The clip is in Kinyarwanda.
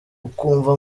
ukumva